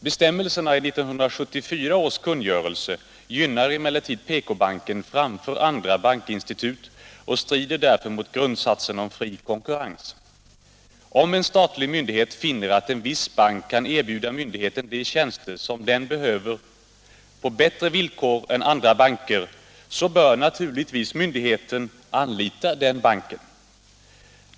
Bestämmelserna i 1974 års kungörelse gynnar emellertid PK-banken framför andra bankinstitut och strider därför mot grundsatsen om fri konkurrens. Om en statlig myndighet finner att en viss bank kan erbjuda myndigheten de tjänster som den behöver, på bättre villkor än andra banker, så bör naturligtvis myndigheten anlita den banken.